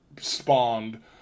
spawned